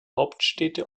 hauptstädte